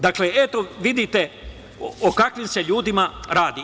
Dakle, eto, vidite o kakvim se ljudima radi.